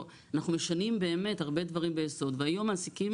אנחנו משנים באמת הרבה דברים ביסוד והיום מעסיקים